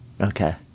okay